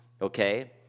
Okay